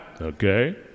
okay